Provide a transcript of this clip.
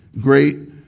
Great